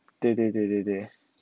对对对对对